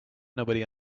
nobody